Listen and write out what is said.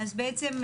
אז מה